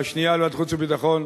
והשנייה לוועדת חוץ וביטחון,